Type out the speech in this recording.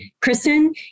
Kristen